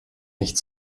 nicht